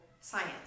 science